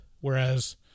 Whereas